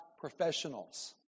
Professionals